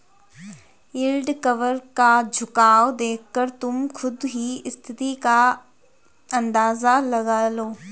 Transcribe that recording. yield curve का झुकाव देखकर तुम खुद ही स्थिति का अंदाजा लगा लो